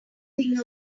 thing